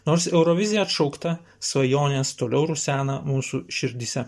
nors eurovizija atšaukta svajonės toliau rusena mūsų širdyse